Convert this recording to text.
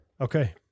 Okay